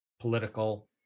political